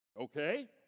Okay